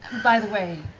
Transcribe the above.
by the way,